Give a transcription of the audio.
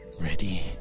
ready